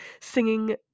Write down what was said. singing